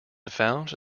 found